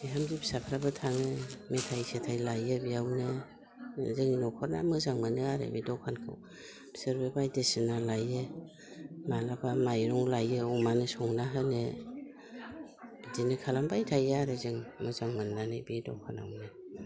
बिहामजोनि फिसाफ्राबो थाङो मेथाइ सेथाइ लायो बेयावनो जोंनि न'खरना मोजां मोनो आरो बे दखानखौ बिसोरबो बायदिसिना लायो माब्लाबा माइरं लायो अमानो संना होनो बिदिनो खालामबाय थायो आरो जों मोजां मोननानै बे दखानावनो